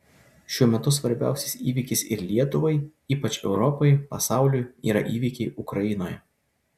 šiuo metu svarbiausias įvykis ir lietuvai ypač europai pasauliui yra įvykiai ukrainoje